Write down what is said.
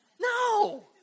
No